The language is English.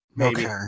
Okay